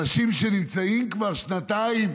אנשים נמצאים כבר שנתיים